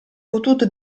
potuto